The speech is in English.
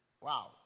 Wow